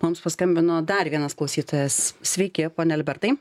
mums paskambino dar vienas klausytojas sveiki pone albertai